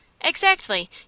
Exactly